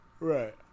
Right